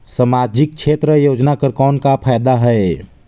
समाजिक योजना कर कौन का फायदा है?